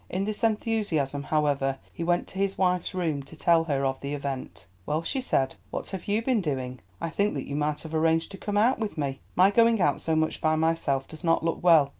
in this enthusiasm, however, he went to his wife's room to tell her of the event. well, she said, what have you been doing? i think that you might have arranged to come out with me. my going out so much by myself does not look well.